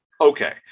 Okay